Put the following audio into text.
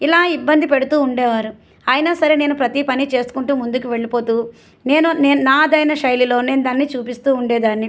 ఇలా ఇబ్బంది పెడుతూ ఉండేవారు అయినా సరే నేను ప్రతి పని చేసుకుంటూ ముందుకు వెళ్ళిపోతూ నేను నాదైన శైలిలో నేను దాన్ని చూపిస్తూ ఉండేదాన్ని